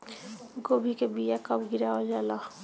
गोभी के बीया कब गिरावल जाला?